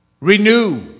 Renew